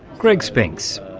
greg spinks.